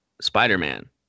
Spider-Man